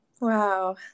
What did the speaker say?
Wow